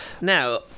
Now